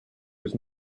was